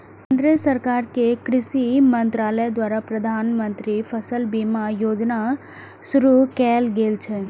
केंद्र सरकार के कृषि मंत्रालय द्वारा प्रधानमंत्री फसल बीमा योजना शुरू कैल गेल छै